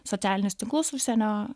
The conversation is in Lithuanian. socialinius tinklus užsienio